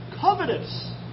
covetous